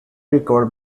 recovered